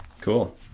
Cool